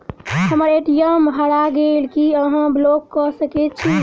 हम्मर ए.टी.एम हरा गेल की अहाँ ब्लॉक कऽ सकैत छी?